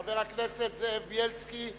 חבר הכנסת זאב בילסקי.